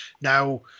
now